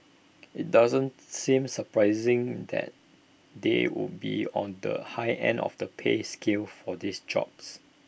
IT doesn't seem surprising that they would be on the high end of the pay scale for these jobs